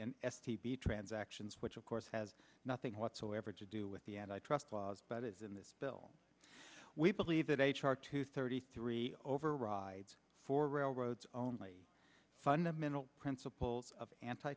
p transactions which of course has nothing whatsoever to do with the antitrust laws but is in this bill we believe that h r two thirty three overrides for railroads only fundamental principles of anti